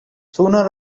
sooner